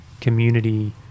community